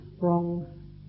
wrong